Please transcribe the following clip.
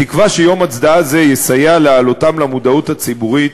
אני תקווה שיום הצדעה זה יסייע להעלות למודעות הציבורית,